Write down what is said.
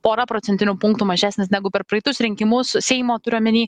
pora procentinių punktų mažesnis negu per praeitus rinkimus seimo turiu omeny